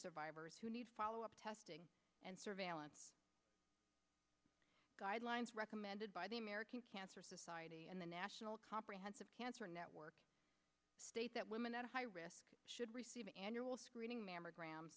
survivors who need follow up testing and surveillance guidelines recommended by the american cancer society and the national comprehensive cancer network state that women at high risk should receive annual screening mammogram